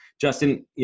Justin